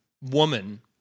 woman